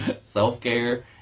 Self-care